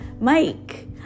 Mike